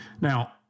Now